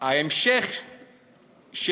ההמשך של